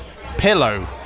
pillow